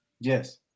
Yes